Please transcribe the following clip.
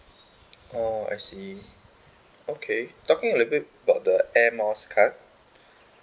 oh I see okay talking a little bit about the air miles card